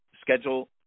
schedule